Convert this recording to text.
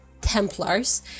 Templars